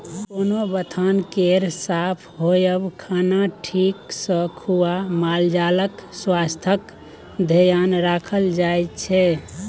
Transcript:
कोनो बथान केर साफ होएब, खाना ठीक सँ खुआ मालजालक स्वास्थ्यक धेआन राखल जाइ छै